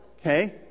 okay